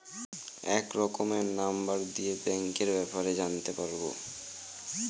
এক রকমের নম্বর দিয়ে ব্যাঙ্কের ব্যাপারে জানতে পারবো